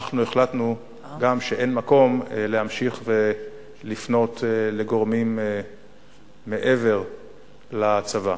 אנחנו החלטנו גם שאין מקום להמשיך ולפנות לגורמים מעבר לצבא.